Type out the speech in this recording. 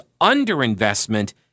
underinvestment